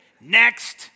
next